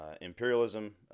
imperialism